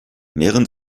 mehren